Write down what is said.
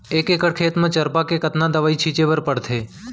एक एकड़ खेत म चरपा के कतना दवई छिंचे बर पड़थे?